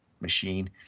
machine